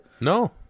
No